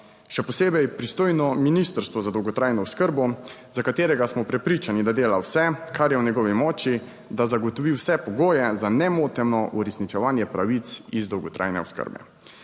še posebej pristojno ministrstvo za dolgotrajno oskrbo, za katerega smo prepričani, da dela vse, kar je v njegovi moči, da zagotovi vse pogoje za nemoteno uresničevanje pravic iz dolgotrajne oskrbe.